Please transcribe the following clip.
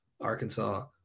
Arkansas